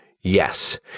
Yes